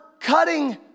cutting